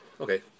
okay